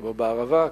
כמו בערבה,